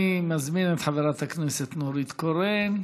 אני מזמין את חברת הכנסת נורית קורן,